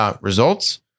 results